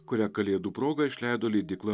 kurią kalėdų proga išleido leidykla